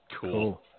Cool